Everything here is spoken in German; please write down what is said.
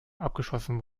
abgeschossen